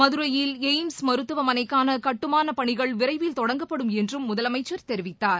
மதுரையில் எய்ம்ஸ் மருத்துவமனைக்கான கட்டுமானப் பணிகள் விரைவில் தொடங்கப்படும் என்றும் முதலமைச்சர் தெரிவித்தார்